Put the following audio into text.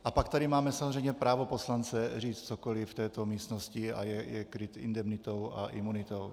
A pak tady máme samozřejmě právo poslance říct cokoliv v této místnosti a je kryt indemnitou a imunitou.